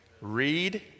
Read